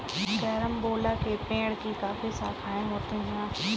carambola के पेड़ की काफी शाखाएं होती है